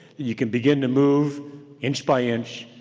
you can begin to move inch by inch,